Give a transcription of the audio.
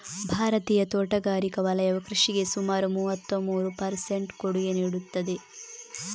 ಭಾರತೀಯ ತೋಟಗಾರಿಕಾ ವಲಯವು ಕೃಷಿಗೆ ಸುಮಾರು ಮೂವತ್ತಮೂರು ಪರ್ ಸೆಂಟ್ ಕೊಡುಗೆ ನೀಡುತ್ತದೆ